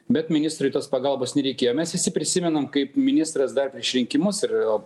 bet ministrei tos pagalbos nereikėjo mes visi prisimenam kaip ministras dar prieš rinkimus ir